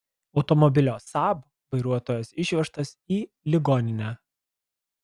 automobilio saab vairuotojas išvežtas į ligoninę